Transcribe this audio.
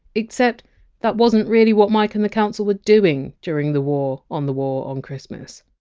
except that wasn't really what mike and the council were doing during the war on the war on christmas.